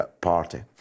Party